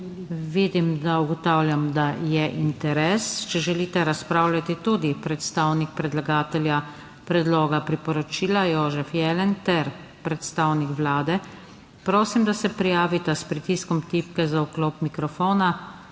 Vidim, da, ugotavljam da je interes. Če želite razpravljati tudi predstavnik predlagatelja predloga priporočila Jožef Jelen ter predstavnik Vlade, prosim, da se prijavita s pritiskom tipke za vklop mikrofona;